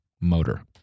motor